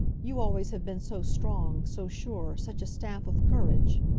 you always have been so strong, so sure, such a staff of courage.